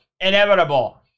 inevitable